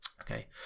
okay